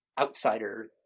outsider